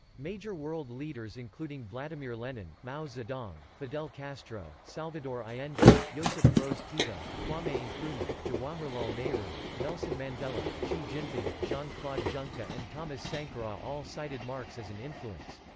major world leaders including vladimir lenin, mao zedong, fidel castro, salvador allende, josip broz tito, kwame nkrumah, jawaharlal nehru, nelson mandela, xi jinping, jean-claude juncker and thomas sankara all cited marx as an influence.